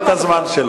תנו לו את הזמן שלו.